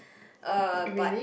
uh but